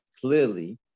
clearly